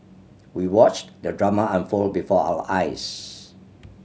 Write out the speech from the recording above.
we watched the drama unfold before our eyes